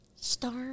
Star